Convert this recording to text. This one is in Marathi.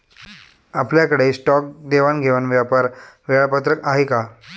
आपल्याकडे स्टॉक देवाणघेवाण व्यापार वेळापत्रक आहे का?